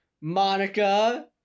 Monica